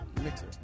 Mixer